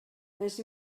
més